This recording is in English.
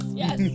yes